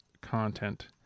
content